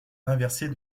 inversée